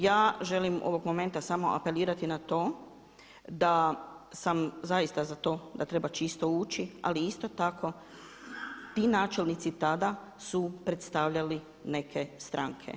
Ja želim ovog momenta samo apelirati na to da sam zaista za to da treba čisto ući ali isto tako ti načelnici tada su predstavljali neke stranke.